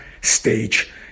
stage